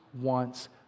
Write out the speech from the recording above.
wants